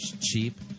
cheap